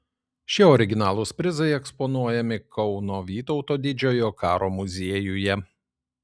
šie originalūs prizai eksponuojami kauno vytauto didžiojo karo muziejuje